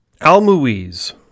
Al-Muiz